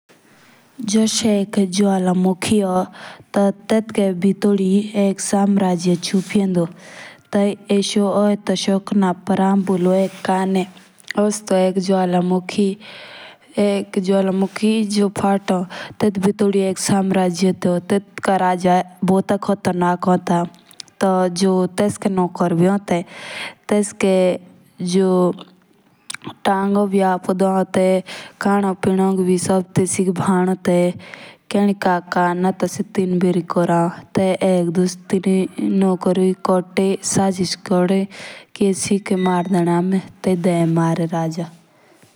जुस एक जुला मेखी होन तो तेथु भितादी एक समाराजिय चुपियेन्दोतेई एसो होई तो सोकना। पीआर हाओन बोलु एक खानी ओएस तो एक जुवला मेखी जो फातुन तेस भिटोडी एक सम्राजिय तो तेतका राजा भुता खतरानक होन ता। तो जो तो के नोकर भी होन ते टेस्की टैंगो भी अपु धुआँ ते।